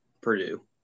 Purdue